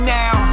now